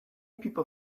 people